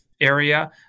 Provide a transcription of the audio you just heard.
area